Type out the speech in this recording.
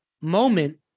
moment